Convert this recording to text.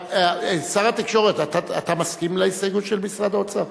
שר התקשורת, אתה מסכים להסתייגות של שר האוצר?